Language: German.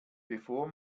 bevor